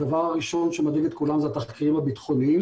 הדבר הראשון שמדאיג את כולם זה התחקירים הביטחוניים,